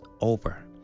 over